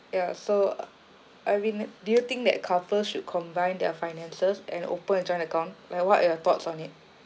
ya so I mean do you think that couples should combine their finances and open a joint account like what are your thoughts on it